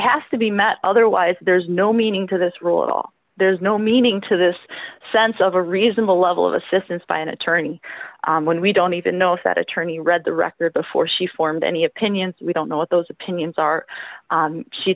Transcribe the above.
has to be met otherwise there's no meaning to this rule at all there's no meaning to this sense of a reasonable level of assistance by an attorney when we don't even know if that attorney read the record before she formed any opinions we don't know what those opinions are